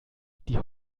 die